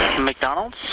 McDonald's